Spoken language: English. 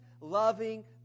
loving